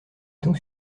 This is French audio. donc